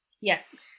Yes